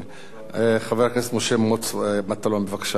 חבר הכנסת משה מוץ מטלון, בבקשה, אדוני.